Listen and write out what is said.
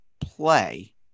play